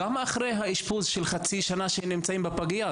גם אחרי האשפוז של חצי שנה שהם נמצאים בפגייה,